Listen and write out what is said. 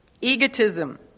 egotism